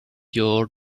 your